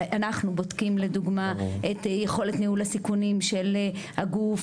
אנחנו בודקים לדוגמה את יכולת ניהול הסיכונים של הגוף